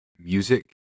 music